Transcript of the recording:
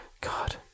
God